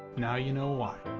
now you know why.